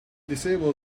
disabled